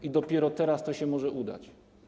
I dopiero teraz to się może udać.